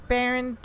Baron